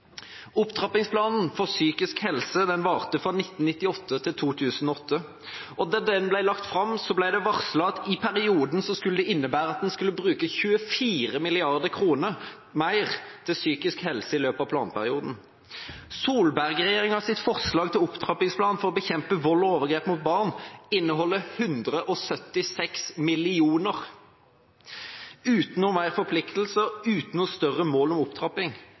Opptrappingsplanen for psykisk helse varte fra 1998 til 2008, og da den ble lagt fram, ble det varslet at det innebar at en skulle bruke 24 mrd. kr mer til psykisk helse i løpet av planperioden. Solberg-regjeringens forslag til opptrappingsplan for å bekjempe vold og overgrep mot barn inneholder 176 mill. kr, uten noen flere forpliktelser, uten noe større mål om opptrapping.